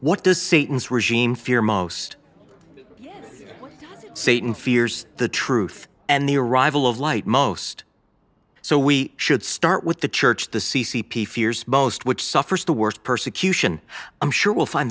satan's regime fear most satan fears the truth and the arrival of light most so we should start with the church the c c p fears boast which suffers the worst persecution i'm sure will find